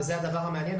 וזה הדבר המעניין,